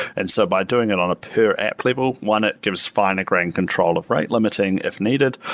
and so by doing it on a per app level, one it gives finer grain control of rate limiting if needed,